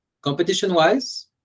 competition-wise